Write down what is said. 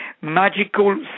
magical